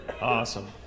Awesome